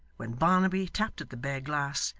when barnaby tapped at the bare glass,